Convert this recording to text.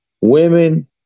women